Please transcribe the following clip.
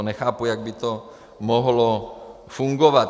Nechápu, jak by to mohlo fungovat.